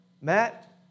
Matt